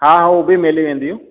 हा उहा बि मिली वेंदी